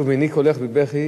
כתוב: מנעי קולך מבכי